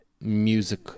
music